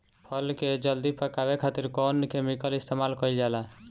फल के जल्दी पकावे खातिर कौन केमिकल इस्तेमाल कईल जाला?